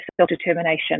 self-determination